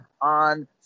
on